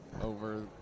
over